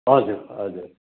हजुर हजुर